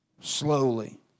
Slowly